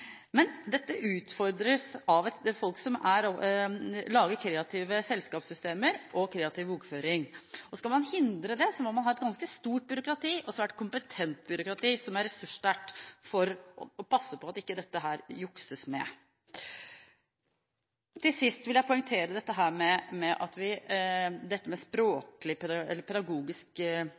men det utfordres av folk som lager kreative selskapssystemer, og driver kreativ bokføring. Skal man hindre det, må man ha et ganske stort og svært kompetent byråkrati, som er ressurssterkt, for å passe på at dette ikke jukses med. Til sist vil jeg poengtere dette med språklig eller pedagogisk